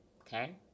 Okay